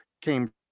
came